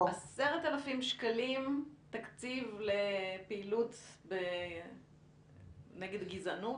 10,000 שקלים תקציב לפעילות נגד גזענות?